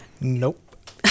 Nope